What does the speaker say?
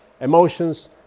emotions